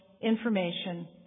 information